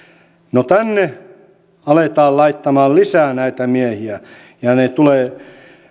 no tänne meidän keskellemme aletaan laittamaan lisää näitä miehiä ja tulee